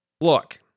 Look